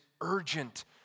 urgent